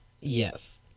Yes